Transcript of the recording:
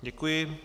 Děkuji.